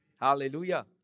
Hallelujah